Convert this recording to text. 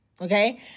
okay